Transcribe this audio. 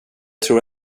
tror